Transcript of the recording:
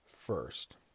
first